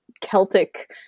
Celtic